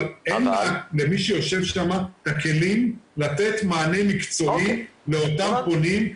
אבל למי שיושב שם אין את הכלים לתת מענה מקצועי לאותם פונים,